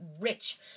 rich